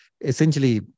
Essentially